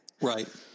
Right